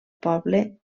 poble